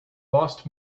lost